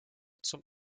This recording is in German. zum